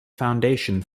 foundation